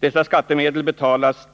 Dessa skattemedel betalades